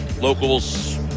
locals